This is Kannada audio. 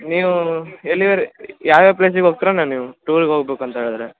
ನೀವು ಎಲ್ಲಿವರೆ ಯಾವ್ಯಾವ ಪ್ಲೇಸಿಗೆ ಹೋಗ್ತಿರೊ ನೀವು ಟೂರಿಗೆ ಹೋಗ್ಬೇಕಂತ ಹೇಳಿದ್ರೆ